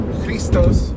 Christos